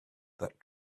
that